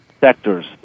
sectors